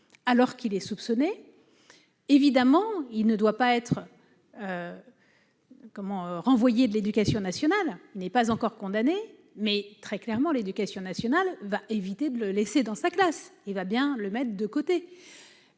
alors qu'il est soupçonné, évidemment, il ne doit pas être. Comment renvoyer de l'éducation nationale n'est pas encore condamné mais très clairement, l'éducation nationale va éviter de le laisser dans sa classe, il va bien, le mettent de côté